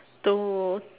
to